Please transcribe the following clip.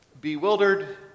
bewildered